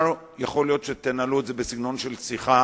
יכול להיות שתנהלו את זה בסגנון של שיחה,